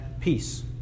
peace